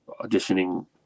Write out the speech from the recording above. auditioning